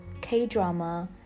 K-drama